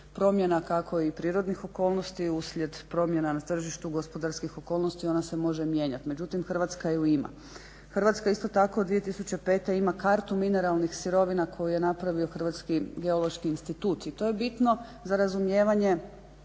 promjena kako i prirodnih okolnosti, uslijed promjena na tržištu gospodarskih okolnosti ona se može mijenjat, međutim Hrvatska ju ima. Hrvatska isto tako od 2005. ima kartu mineralnih sirovina koju je napravio Hrvatski geološki institut i to je bitno za razumijevanje